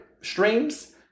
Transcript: streams